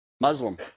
Muslim